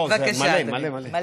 דקות, בבקשה.